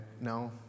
no